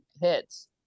hits